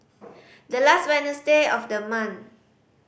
the last Wednesday of the month